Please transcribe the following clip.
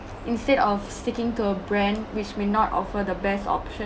instead of sticking to a brand which may not offer the best option